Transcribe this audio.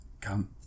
Come